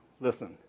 Listen